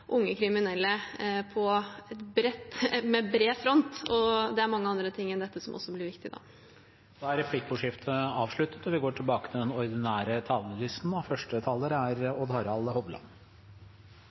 unge kriminelle på bred front, og det er mange andre ting enn dette som også blir viktig nå. Replikkordskiftet er avsluttet. Justissektoren er ein del av grunnmuren i eit demokrati. Det handlar om rettssikkerheit, tryggleik, effektiv kamp mot kriminalitet og god rehabilitering. Verksemdene i sektoren er